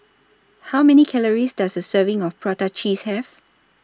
How Many Calories Does A Serving of Prata Cheese Have